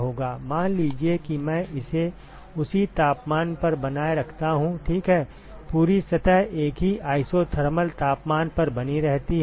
मान लीजिए कि मैं इसे उसी तापमान पर बनाए रखता हूं ठीक है पूरी सतह एक ही Isothermal तापमान पर बनी रहती है